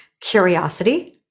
curiosity